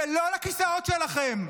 ולא לכיסאות שלכם.